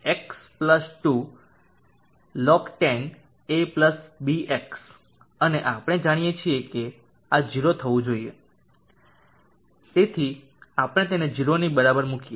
તો તે function g x 2 log10 abx અને આપણે જાણીએ છીએ કે આ 0 થવું જોઈએ અને તેથી જ આપણે તેને 0 ની બરાબર મૂકીએ